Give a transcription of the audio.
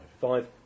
Five